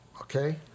okay